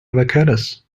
avocados